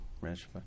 Rich